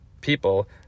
people